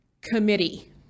committee